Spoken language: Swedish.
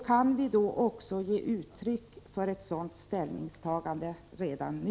Kan vi ge uttryck åt ett sådant ställningstagande redan nu?